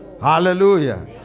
Hallelujah